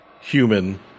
human